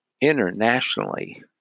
internationally